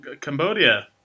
Cambodia